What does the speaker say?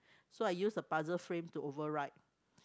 so I use the puzzle frame to overwrite